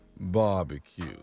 Barbecue